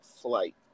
Flight